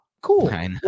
cool